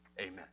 Amen